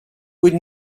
would